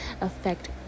affect